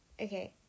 Okay